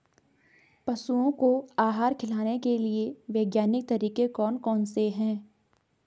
पशुओं को आहार खिलाने के लिए वैज्ञानिक तरीके कौन कौन से हैं?